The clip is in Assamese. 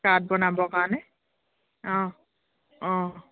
কাৰ্ড বনাবৰ কাৰণে অঁ অঁ